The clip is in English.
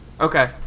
Okay